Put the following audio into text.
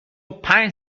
پنج